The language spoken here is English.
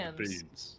beans